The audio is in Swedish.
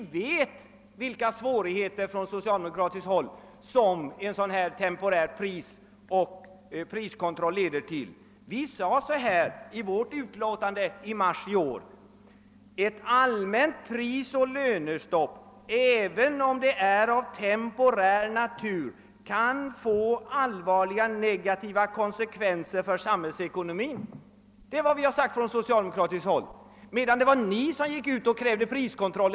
Vi vet på socialdemokratiskt håll vilka svårigheter som en temporär priskontroll leder till. Vi sade i vårt utlåtande i mars i år att »ett allmänt prisoch lönestopp, även om det är av temporär natur, kan få allvarliga negativa konsekvenser för samhällsekonomin«». Detta har vi sagt från socialdemokratiskt håll medan ni i mars begärde priskontroll.